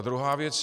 Druhá věc.